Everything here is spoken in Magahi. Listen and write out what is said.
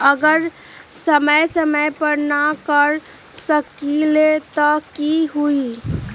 अगर समय समय पर न कर सकील त कि हुई?